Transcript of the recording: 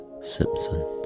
simpson